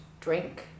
drink